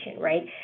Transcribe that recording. right